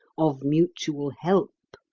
of mutual help.